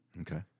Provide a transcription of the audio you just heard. Okay